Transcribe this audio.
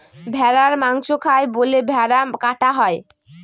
ভেড়ার মাংস খায় বলে ভেড়া কাটা হয়